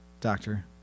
doctor